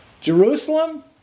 Jerusalem